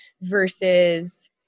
versus